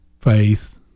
faith